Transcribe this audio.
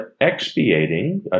expiating